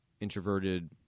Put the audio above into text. introverted